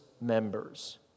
members